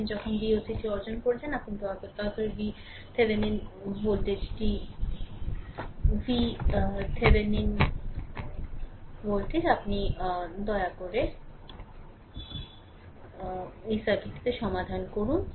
আপনি যখন Vocটি অর্জন করছেন আপনি দয়া করে দয়া করে VThevenin ভোল্টেজ আপনি দয়া করে এই সার্কিটটি সমাধান করুন আপনি দয়া করে এই সার্কিটটি সমাধান করুন